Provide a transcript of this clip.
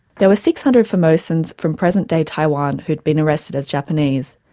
there were six hundred formosans from present-day taiwan who'd been arrested as japanese,